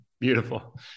Beautiful